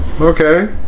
Okay